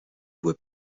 voie